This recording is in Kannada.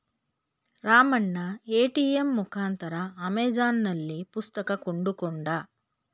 ರಾಮಣ್ಣ ಎ.ಟಿ.ಎಂ ಮುಖಾಂತರ ಅಮೆಜಾನ್ನಲ್ಲಿ ಪುಸ್ತಕ ಕೊಂಡುಕೊಂಡ